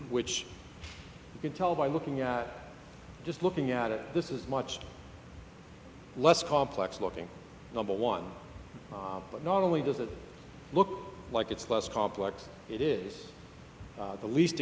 which you can tell by looking at just looking at it this is much less complex looking number one but not only does it look like it's less complex it is the least